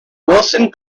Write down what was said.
wilson